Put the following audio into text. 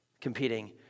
competing